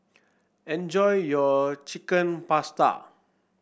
enjoy your Chicken Pasta